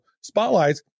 spotlights